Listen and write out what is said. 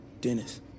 Dennis